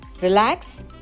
relax